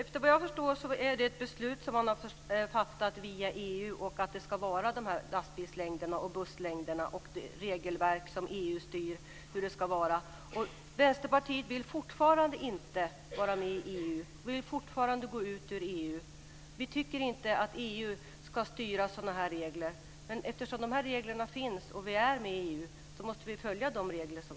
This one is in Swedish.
Fru talman! Såvitt jag förstår har man via EU fattat beslut om dessa lastbilslängder och busslängder. Det står i det regelverk som EU styr. Vänsterpartiet vill fortfarande inte att Sverige ska vara med i EU. Vi vill fortfarande gå ur EU. Vi tycker inte att EU ska styra detta. Men eftersom dessa regler finns och vi är med i EU måste vi följa dem.